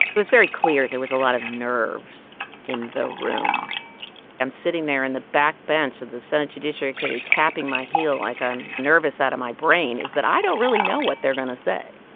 it was very clear there was a lot of nerves in the room i'm sitting there in the back bench of the senate judiciary committee, tapping my heel like i'm nervous out of my brain is that i don't really know what they're going to say.